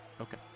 Okay